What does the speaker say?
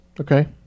Okay